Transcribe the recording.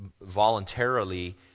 voluntarily